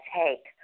take